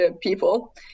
people